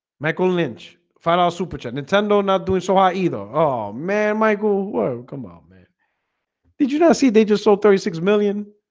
michael lynch find out super check nintendo not doing so i either oh man michael world. come on, man did you not see they just sold thirty six million?